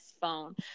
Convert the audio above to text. phone